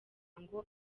ngo